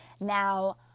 Now